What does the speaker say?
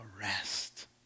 rest